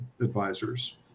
advisors